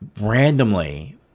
randomly